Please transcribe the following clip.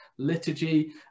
liturgy